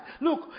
Look